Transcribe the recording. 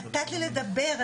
נתת לי לדבר,